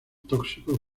tóxicos